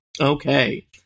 Okay